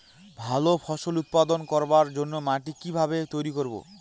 ভালো ফসল উৎপাদন করবার জন্য মাটি কি ভাবে তৈরী করব?